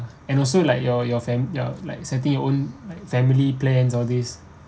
and also like your your fam~ your like setting your own like family plans all these